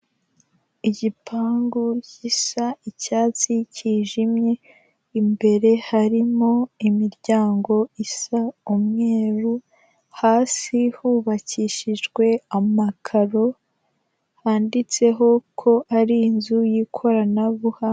Igipangu gisa icyatsi kijimye, imbere harimo imiryango isa umweru, hasi hubakishijwe amakaro handitseho ko ari inzu y'ikoranabuhanga.